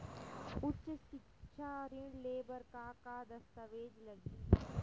उच्च सिक्छा ऋण ले बर का का दस्तावेज लगही?